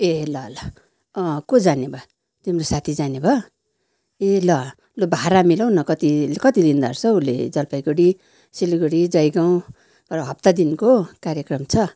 ए ल ल अँ को जाने भयो तिम्रो साथी जाने भयो ए ल लु भाडा मिलाउ न कति कति लिँदोरहेछ हौ उसले जलपाइगढी सिलगढी जयगाउँ र हप्ता दिनको कार्यक्रम छ